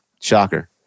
Shocker